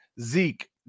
Zeke